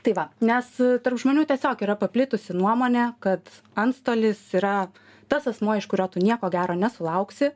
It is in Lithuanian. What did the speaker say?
tai va nes tarp žmonių tiesiog yra paplitusi nuomonė kad antstolis yra tas asmuo iš kurio tu nieko gero nesulauksi